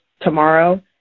tomorrow